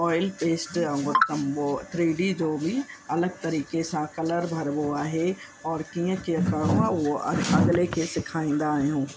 oil paste वांगुर three D जो बि अलॻि तरीक़े सां कलर भरिबो आहे और कीअं करिणो आहे उहो अॻिले खे सेखारींदा आहियूं